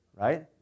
right